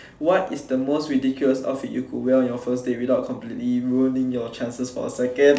what is the most ridiculous outfit you could wear on your first date without completely ruining your chances for a second